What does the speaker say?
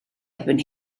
erbyn